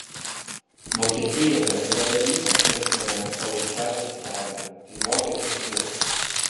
vokietijoje yra dalykas kuris mane visąlaik žavi ir stebina tai vokiečių šuo